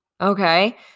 Okay